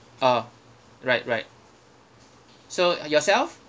oh right right so yourself